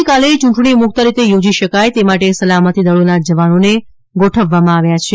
આવતીકાલે ચૂંટણી મુક્તરીતે યોજી શકાય તે માટે સલામતીદળોના જવાનોને ગોઠવવામાં આવ્યા છે